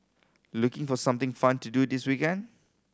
looking for something fun to do this weekend